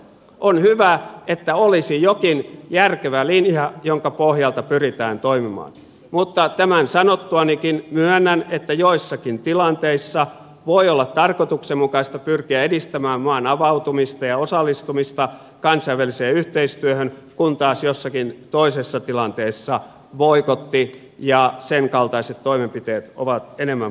on hyvä että olisi jokin järkevä linja jonka pohjalta pyritään toimimaan mutta tämän sanottuanikin myönnän että joissakin tilanteissa voi olla tarkoituksenmukaista pyrkiä edistämään maan avautumista ja osallistumista kansainväliseen yhteistyöhön kun taas jossakin toisessa tilanteessa boikotti ja sen kaltaiset toimenpiteet ovat enemmän paikallaan